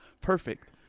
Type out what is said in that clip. Perfect